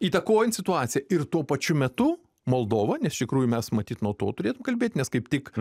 įtakojant situaciją ir tuo pačiu metu moldovą nes iš tikrųjų mes matyt nuo to turėtum kalbėt nes kaip tik